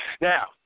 Now